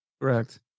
Correct